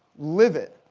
live it,